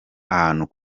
ahantu